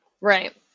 Right